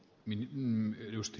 herra puhemies